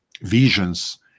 visions